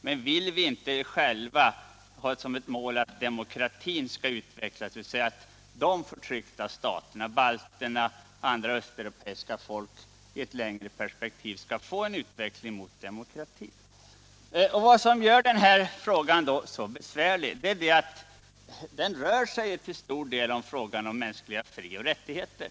Men vill vi inte själva ha som ett mål att demokratin skall utvecklas, dvs. att förtryckta folk — balter, andra östeuropeiska folk — i ett längre perspektiv skall få en utveckling mot demokrati? Vad som gör den här frågan så besvärlig är att den till stor del rör sig om mänskliga frioch rättigheter.